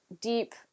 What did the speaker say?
deep